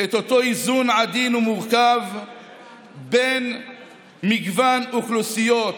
את אותו איזון עדין ומורכב בין מגוון האוכלוסיות,